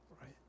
right